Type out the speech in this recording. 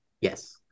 Yes